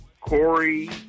Corey